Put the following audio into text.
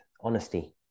honesty